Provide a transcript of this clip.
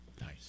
Nice